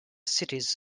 cities